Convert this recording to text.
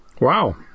Wow